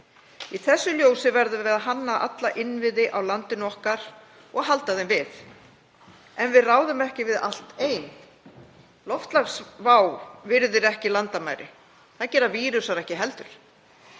Í því ljósi verðum við að hanna alla innviði í landinu okkar og halda þeim við. En við ráðum ekki við allt ein. Loftslagsvá virðir ekki landamæri og það gera vírusar ekki heldur.